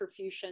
perfusion